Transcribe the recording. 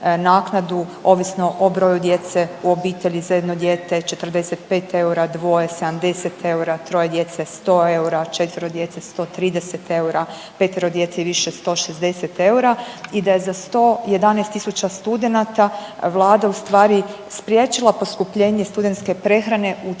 ovisno o broju djece u obitelji, za jedno dijete 45 eura, dvoje 70 eura, troje djece 100 eura, četvero djece 130 eura, petero djece i više 160 eura i da je za 111 tisuća studenata Vlada ustvari spriječila poskupljenje studentske prehrane u